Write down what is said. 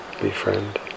befriend